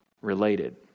related